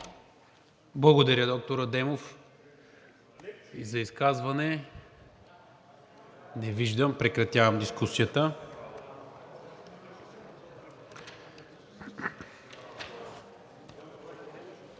Благодаря, доктор Адемов. За изказване? Не виждам. Прекратявам дискусията.